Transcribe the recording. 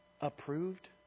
approved